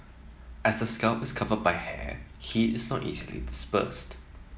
as the scalp is covered by hair heat is not easily dispersed